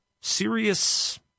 serious